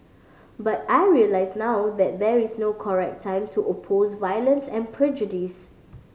but I realise now that there is no correct time to oppose violence and prejudice